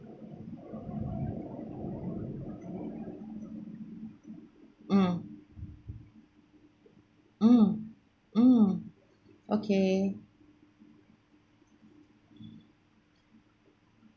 mm mm mm okay